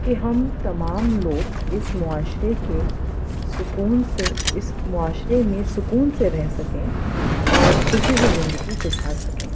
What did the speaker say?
کہ ہم تمام لوگ اس معاشرے کے سکون سے اس معاشرے میں سکون سے رہ سکیں اور خوشی سے زندگی گزار سکیں